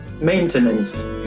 maintenance